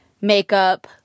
makeup